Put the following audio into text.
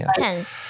tense 。